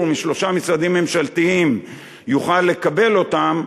משלושה משרדים ממשלתיים יוכל לקבל אותם,